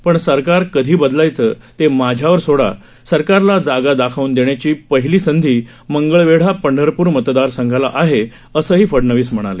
पण सरकार कधी बदलायचं ते माझ्यावर सोडा सरकारला जागा दाखवून देण्याची पहिली संधी मंगळवेढा पंढरपूर मतदारसंघाला आहे असंही फडनवीस म्हणाले